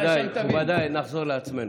מכובדיי, מכובדיי, נחזור לעצמנו.